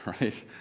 right